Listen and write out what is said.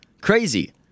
Crazy